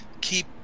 keep